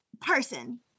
person